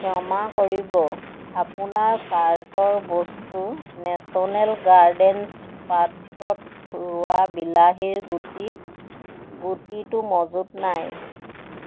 ক্ষমা কৰিব আপোনাৰ কাৰ্টৰ বস্তু নেশ্যনেল গাৰ্ডেনছ পাত্ৰত ৰোৱা বিলাহীৰ গুটি গুটিটো মজুত নাই